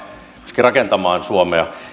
myöskin rakentamaan suomea tämän